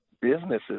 businesses